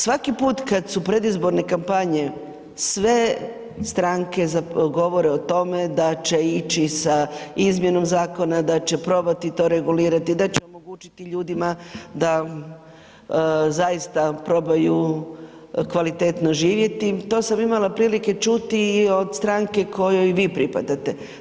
Svaki put kada su predizborne kampanje sve stranke govore o tome da će ići sa izmjenom zakona, da će probati to regulirati, da će omogućiti ljudima da zaista probaju kvalitetno živjeti, to sam imala prilike čuti i od stranke kojoj vi pripadate.